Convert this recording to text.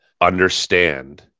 understand